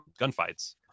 gunfights